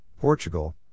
Portugal